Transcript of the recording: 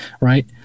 right